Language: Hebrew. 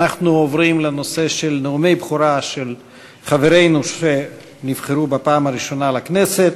אנחנו עוברים לנאומי בכורה של חברינו שנבחרו בפעם הראשונה לכנסת.